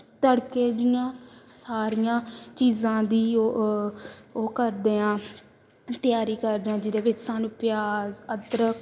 ਤੜਕੇ ਦੀਆਂ ਸਾਰੀਆਂ ਚੀਜ਼ਾਂ ਦੀ ਉਹ ਉਹ ਕਰਦੇ ਹਾਂ ਤਿਆਰੀ ਕਰਦੇ ਹਾਂ ਜਿਹਦੇ ਵਿੱਚ ਸਾਨੂੰ ਪਿਆਜ਼ ਅਦਰਕ